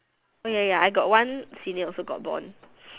oh ya ya ya I got one senior also got bond